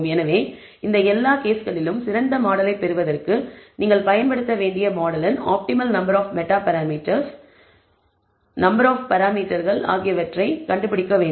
எனவே இந்த எல்லா கேஸ்களிலும் சிறந்த மாடலை பெறுவதற்கு நீங்கள் பயன்படுத்த வேண்டிய மாடலின் optimal number of meta parameter number of பராமீட்டர்கள் ஆகியவற்றைக் கண்டுபிடிக்க வேண்டும்